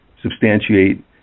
substantiate